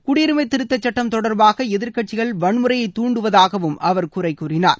குடியுரிமை திருத்தச்சுட்டம் தொடர்பாக எதிர்கட்சிகள் வன்முறையை தூண்டுவதாகவும் அவர் குறை கூறினார்